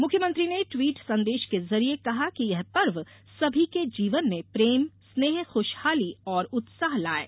मुख्यमंत्री ने ट्वीट संदेश के जरिए कहा कि यह पर्व सभी के जीवन में प्रेम स्नेह खुशहाली और उत्साह लाये